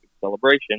celebration